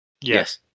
Yes